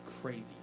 crazy